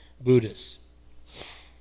Buddhists